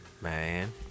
Man